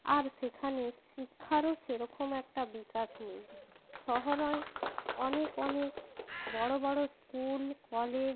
আর সেখানে শিক্ষারও সেরকম একটা বিকাশ নেই শহরে অনেক অনেক বড়ো বড়ো স্কুল কলেজ